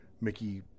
Mickey